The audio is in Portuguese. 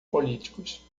políticos